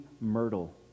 myrtle